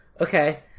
Okay